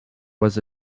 was